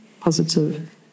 positive